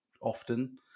often